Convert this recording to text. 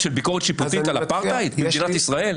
של ביקורת שיפוטית על אפרטהייד במדינת ישראל?